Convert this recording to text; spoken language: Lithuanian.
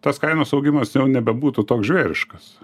tas kainos augimas jau nebebūtų toks žvėriškas